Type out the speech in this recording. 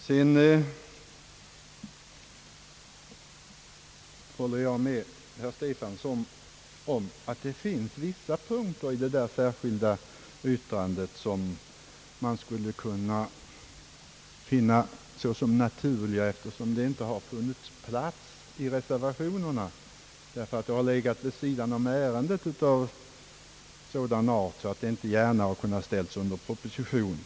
Jag håller med herr Stefanson om att det finns vissa punkter i det särskilda yttrandet som av naturliga skäl har tagits med där, eftersom det inte har funnits plats för dem i reservationerna av det skälet att de har legat vid sidan om ärendet och varit av sådan karaktär att det inte gärna är möjligt att ställa dem under proposition.